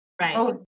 Right